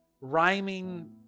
rhyming